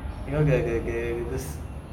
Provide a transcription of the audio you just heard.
you know the the the those